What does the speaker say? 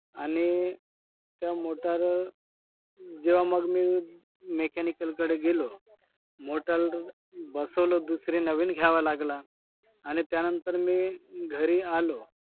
आणि त्या मोटार जेव्हा मग मी मेकॅनिकलकडे गेलो मोटल बसवलं दुसरी नवीन घ्यावा लागला आणि त्यानंतर मी घरी आलो